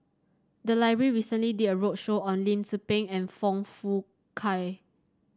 the library recently did a roadshow on Lim Tze Peng and Foong Fook Kay